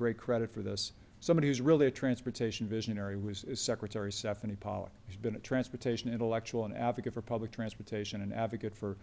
great credit for this somebody who's really a transportation visionary was secretary stephanie pollack has been a transportation intellectual an advocate for public transportation an advocate for